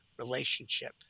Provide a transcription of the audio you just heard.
relationship